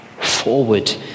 forward